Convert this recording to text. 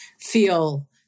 feel